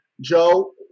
Joe